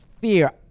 fear